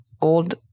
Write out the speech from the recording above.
old